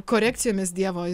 korekcijomis dievo